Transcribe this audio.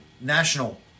national